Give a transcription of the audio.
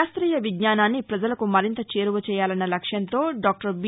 శాస్ట్రీయ విజ్ఞానాన్ని ప్రజలకు మరింత చేరువ చేయాలన్న లక్ష్యంతో డాక్టర్ బి